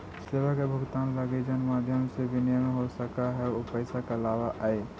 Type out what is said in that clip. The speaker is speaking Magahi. सेवा के भुगतान लगी जउन माध्यम से विनिमय हो सकऽ हई उ पैसा कहलावऽ हई